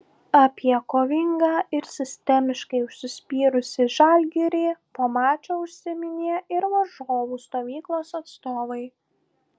apie kovingą ir sistemiškai užsispyrusį žalgirį po mačo užsiminė ir varžovų stovyklos atstovai